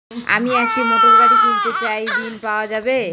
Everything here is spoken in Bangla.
আমি একটি মোটরগাড়ি কিনতে চাই ঝণ পাওয়া যাবে?